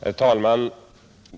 Herr talman!